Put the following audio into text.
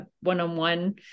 one-on-one